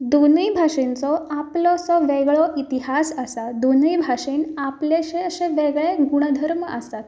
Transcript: दोनूय भाशेंचो आपलो असो वेगळो इतिहास आसा दोनूय भाशेंत आपलेशें अशे वेगळे गूण धर्म आसात